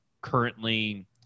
currently